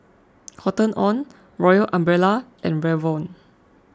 Cotton on Royal Umbrella and Revlon